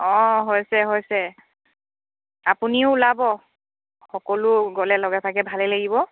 অঁ হৈছে হৈছে আপুনি ওলাব সকলো গ'লে লগে ভাগে ভালেই লাগিব